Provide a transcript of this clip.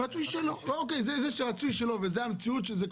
נכון שרצוי שלא, אבל זו המציאות וזה קורה.